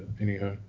anyhow